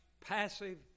passive